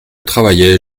travaillais